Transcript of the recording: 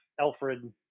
Alfred